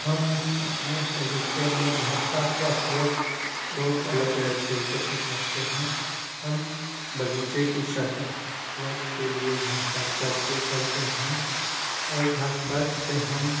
हम अपने बगीचे में घास पात का उपयोग बहुत अलग अलग तरीके से करते हैं हम बगीचे की सजावट के लिए घास पात का उपयोग करते हैं और घास पात से हम